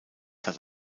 hat